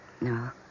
No